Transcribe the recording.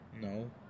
No